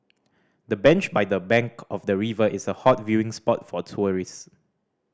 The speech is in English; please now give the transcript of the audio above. the bench by the bank of the river is a hot viewing spot for tourist